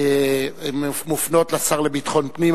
הראשונות מופנות לשר לביטחון הפנים,